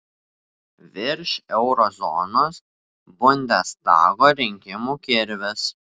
virš euro zonos bundestago rinkimų kirvis